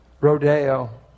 Rodeo